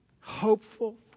hopeful